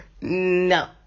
no